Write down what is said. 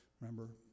remember